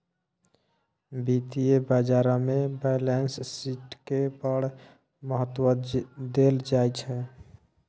वित्तीय बाजारमे बैलेंस शीटकेँ बड़ महत्व देल जाइत छै